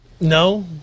No